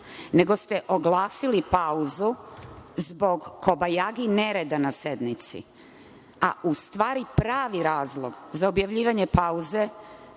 nego ste oglasili pauzu zbog, kobajagi, nereda na sednici, a u stvari pravi razlog za objavljivanje pauze